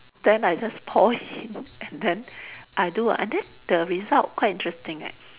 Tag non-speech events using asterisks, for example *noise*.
then I just pour in *laughs* and then I do a and then the result quite interesting eh